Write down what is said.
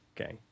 okay